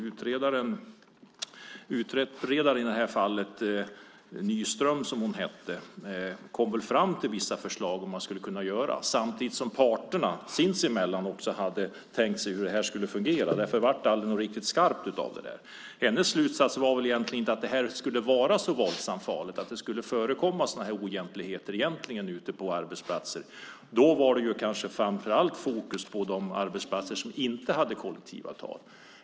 Utredaren - hon hette Nyström - kom fram till vissa förslag på vad man skulle kunna göra samtidigt som parterna sinsemellan också hade tänkt sig hur det skulle fungera. Därför blev det aldrig något riktigt skarpt av det. Hennes slutsats var väl egentligen att det inte skulle vara så våldsamt farligt, att det inte skulle förekomma sådana här oegentligheter ute på arbetsplatser. Då var det framför allt fokus på de arbetsplatser som inte hade kollektivavtal.